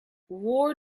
war